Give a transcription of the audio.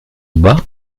bas